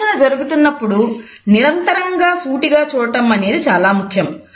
సంభాషణ జరుగుతున్నప్పుడు నిరంతరంగా సూటిగా చూడడం అనేది చాలా ముఖ్యం